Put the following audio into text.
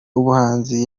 ubuhanzi